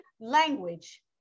language